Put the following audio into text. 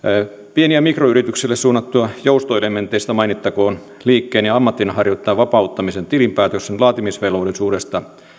pien ja mikroyrityksille suunnatuista joustoelementeistä mainittakoon liikkeen ja ammatinharjoittajien vapauttaminen tilinpäätöksen laatimisvelvollisuudesta